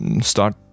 start